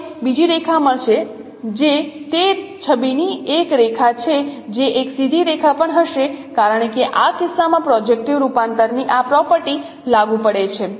તમને બીજી રેખા મળશે જે તે છબીની એક રેખા છે જે એક સીધી રેખા પણ હશે કારણ કે આ કિસ્સામાં પ્રોજેક્ટીવ રૂપાંતરની આ પ્રોપર્ટી લાગુ પડે છે